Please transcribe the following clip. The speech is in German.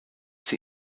sie